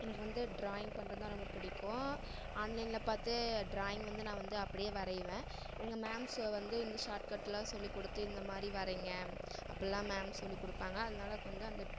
எனக்கு வந்து டிராயிங் பண்ணுறதுதான் ரொம்ப பிடிக்கும் ஆன்லைனில் பார்த்தே டிராயிங் வந்து நான் வந்து அப்படியே வரைவேன் எங்கள் மேம்ஸ் வந்து இந்த ஷாட்கட்டெலாம் சொல்லி கொடுத்து இந்த மாதிரி வரையுங்க அப்படிலாம் மேம் சொல்லி கொடுப்பாங்க அதனால கொஞ்சம் அந்த